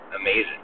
amazing